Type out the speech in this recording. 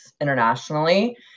internationally